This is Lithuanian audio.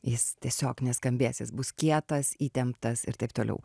jis tiesiog neskambės jis bus kietas įtemptas ir taip toliau